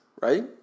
Right